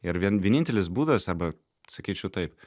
ir vien vienintelis būdas arba sakyčiau taip